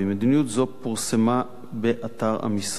מדיניות זו פורסמה באתר המשרד.